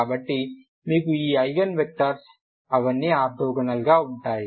కాబట్టి మీకు ఈ ఐగెన్ వెక్టర్స్ అవన్నీ ఆర్తోగోనల్ గా ఉంటాయి